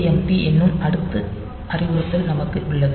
AJMP என்னும் அடுத்த அறிவுறுத்தல் நமக்கு உள்ளது